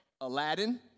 Aladdin